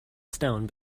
stone